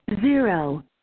Zero